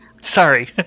Sorry